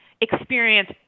experience